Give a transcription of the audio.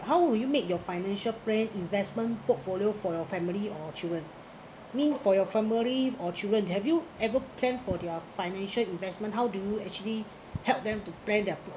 how will you make your financial plan investment portfolio for your family or children mean for your family or children have you ever planned for their financial investment how do you actually help them to plan their port~